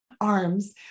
arms